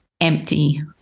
empty